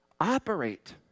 operate